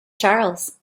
charles